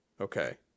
Okay